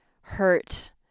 hurt